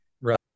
right